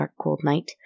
darkcoldnight